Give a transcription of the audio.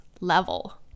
level